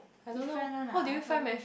different one ah oven